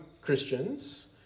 Christians